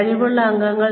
കഴിവുള്ള അംഗങ്ങൾ